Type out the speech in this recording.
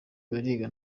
bariga